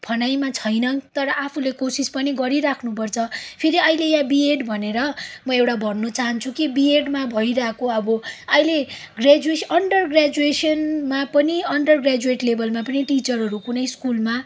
भनाइमा छैन तर आफूले कोसिस पनि गरिरहनु पर्छ फेरि अहिले या बिएड भनेर म एउटा भन्नु चाहन्छु कि बिएडमा भइरहेको अब अहिले ग्रेजुवेट अन्डर ग्रेजुवेसनमा पनि अन्डर ग्रेजुवेट लेभेलमा पनि टिचरहरू कुनै स्कुलमा